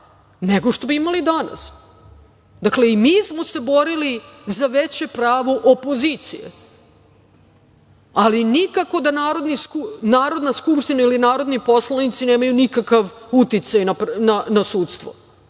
nego što bi imali danas. Dakle, i mi smo se borili za veće pravo opozicije, ali nikako da Narodna skupština ili narodni poslanici nemaju nikakav uticaj na sudstvo.